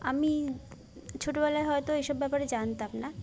আমি ছোটোবেলায় হয়তো এসব ব্যাপারে জানতাম না